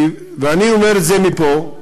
ואני אומר את זה מפה,